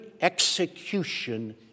execution